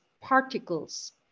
particles